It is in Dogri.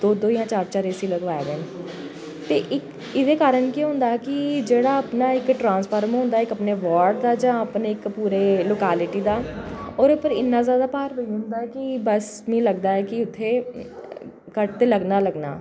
दौ दौ जां चार चार एसी लगोआए दे न ते एह्दे कारण केह् होंदा के जेह्ड़ा अपना इक ट्रांसफार्म होंदा इक अपने वार्ड दा जां अपने इक् पूरी लोकेलिटी दा ओह्दे उप्पर इन्ना ज़ादा भार पेई जंदा के बस मिगी लगदा के उत्थें कट ते लग्गना गै लग्गना